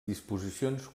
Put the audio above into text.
disposicions